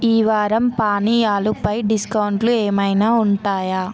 ఈ వారం పానీయాలపై డిస్కౌంట్లు ఏమైనా ఉంటాయా